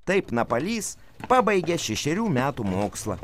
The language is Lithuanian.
taip napalys pabaigė šešerių metų mokslą